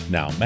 Now